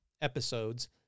episodes